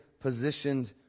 positioned